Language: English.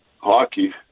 hockey